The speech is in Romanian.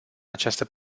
această